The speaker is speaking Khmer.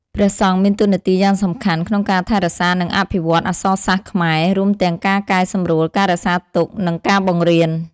ព្រះសង្ឃមានតួនាទីយ៉ាងសំខាន់ក្នុងការថែរក្សា និងអភិវឌ្ឍន៍អក្សរសាស្ត្រខ្មែរ រួមទាំងការកែសម្រួល ការរក្សាទុក និងការបង្រៀន។